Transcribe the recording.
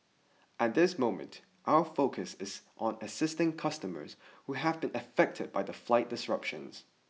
at this moment our focus is on assisting customers who have been affected by the flight disruptions